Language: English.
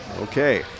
Okay